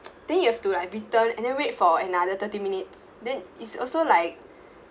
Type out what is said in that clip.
then you have to like return and then wait for another thirty minutes then it's also like